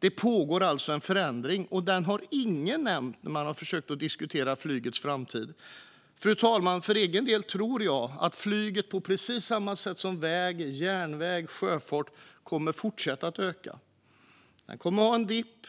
Det pågår alltså en förändring, men den har ingen nämnt när man har försökt diskutera flygets framtid. Fru talman! För egen del tror jag att flyget kommer att fortsätta öka på precis samma sätt som väg, järnväg och sjöfart. Det kommer att ha en dipp.